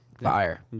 Fire